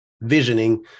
Visioning